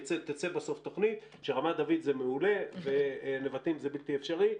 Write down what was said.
תצא בסוף תוכנית שרמת דוד זה מעולה ונבטים זה בלתי אפשרי,